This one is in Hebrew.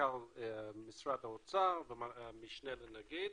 מנכ"ל משרד האוצר ומשנה לנגיד,